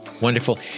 Wonderful